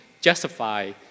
justify